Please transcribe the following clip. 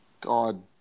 God